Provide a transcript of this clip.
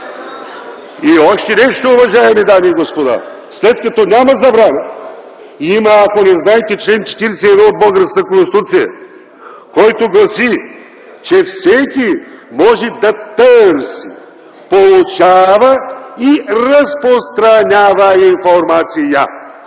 И още нещо, уважаеми дами и господа! След като няма забрана, има, ако не знаете, чл. 41 от българската Конституция, който гласи, че: „Всеки може да тъ-ъ-рси, по-лу-ча-а-ва и раз-про-стра-ня-ва ин-фор-ма-ци-я.